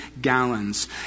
gallons